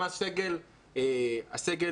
הסגל